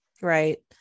Right